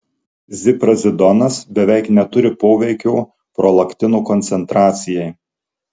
ziprazidonas beveik neturi poveikio prolaktino koncentracijai